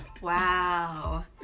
Wow